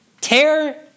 tear